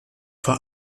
vor